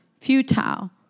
futile